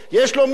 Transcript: יש לו משרדים,